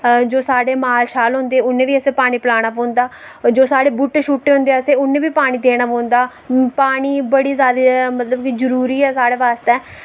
जो साढे़ माल शाल होंदे उनें ई बी आसें पानी पिलाना पौंदा जो सा़ढे बूहटे शूहटे असें उनेंगी बी पानी देना पौंदा पानी बड़ी ज्यादा मतलब के जरुरी ऐ साढे़ आस्तै